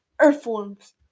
earthworms